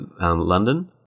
london